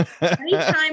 Anytime